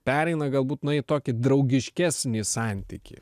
pereina galbūt nu į tokį draugiškesnį santykį